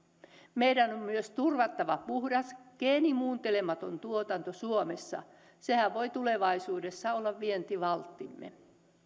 meidän on myös turvattava puhdas geenimuuntelematon tuotanto suomessa sehän voi tulevaisuudessa olla vientivalttimme